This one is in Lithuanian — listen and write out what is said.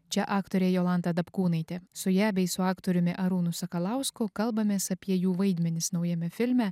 čia aktorė jolanta dapkūnaitė su ja bei su aktoriumi arūnu sakalausku kalbamės apie jų vaidmenis naujame filme